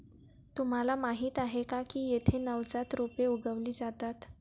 तुम्हाला माहीत आहे का की येथे नवजात रोपे उगवली जातात